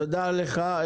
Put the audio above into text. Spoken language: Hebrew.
תודה לך.